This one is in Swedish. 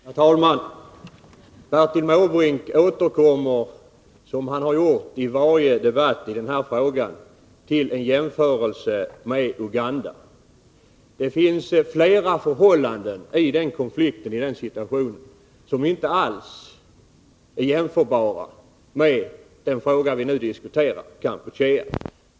Herr talman! Bertil Måbrink återkommer, som han har gjort i varje debatt iden här frågan, till en jämförelse med Uganda. Det finns flera förhållanden i den situationen som inte alls är jämförbara med den fråga vi nu diskuterar, Kampuchea.